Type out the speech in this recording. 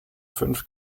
fünf